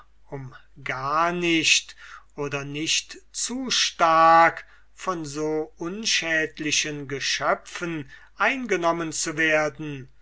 um gar nicht oder nicht zu stark von so unschädlichen geschöpfen eingenommen zu werden